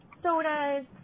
sodas